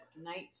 night